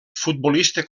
futbolista